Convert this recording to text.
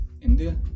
India